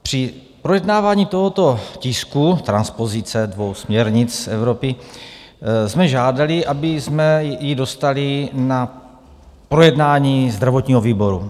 Při projednávání tohoto tisku, transpozice dvou směrnic Evropy, jsme žádali, abychom ji dostali na projednání zdravotního výboru.